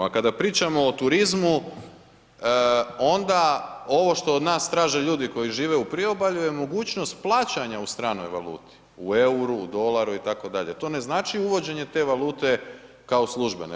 A kada pričamo o turizmu, onda ovo što od nas traže ljudi koji žive u priobalju je mogućnost plaćanja u stranoj valuti, u EUR-u, u dolaru itd., to ne znači uvođenje te valute kao službene.